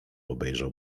obejrzał